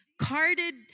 carted